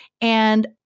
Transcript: and-